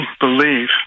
believe